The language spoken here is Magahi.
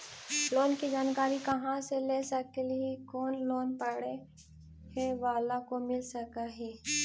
लोन की जानकारी कहा से ले सकली ही, कोन लोन पढ़े बाला को मिल सके ही?